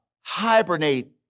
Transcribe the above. hibernate